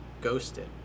ghosted